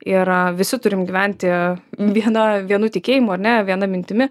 ir visi turim gyventi viena vienu tikėjimu ar ne viena mintimi